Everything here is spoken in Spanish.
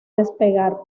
despegar